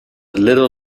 little